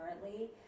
currently